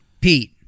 pete